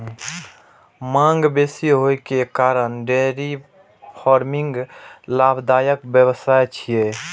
मांग बेसी होइ के कारण डेयरी फार्मिंग लाभदायक व्यवसाय छियै